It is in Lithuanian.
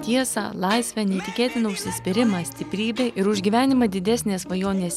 tiesa laisvę neįtikėtiną užsispyrimą stiprybę ir už gyvenimą didesnės svajonės